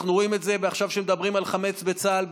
אנחנו רואים את זה עכשיו כשמדברים על חמץ בצה"ל.